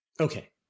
okay